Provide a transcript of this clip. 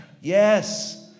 Yes